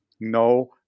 no